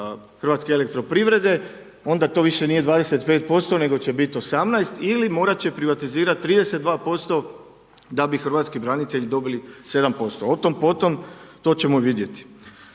privatizira 25% HEP-a onda to više nije 25% nego će biti 18 ili morati će privatizirati 32% da bi hrvatski branitelji dobili 7%. O tom potom, to ćemo vidjeti.